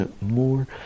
more